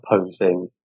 opposing